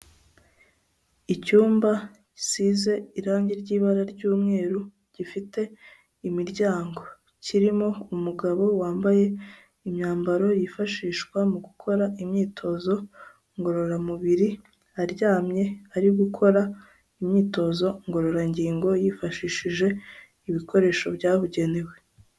Icyumba gisize irangi ry'ibara ry'umweru gifite imiryango, kirimo umugabo wambaye imyambaro yifashishwa mu gukora imyitozo ngororamubiri, aryamye ari gukora imyitozo ngororangingo, yifashishije ibikoresho byabugenewe.